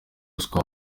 ruswa